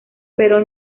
perón